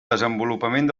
desenvolupament